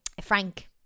Frank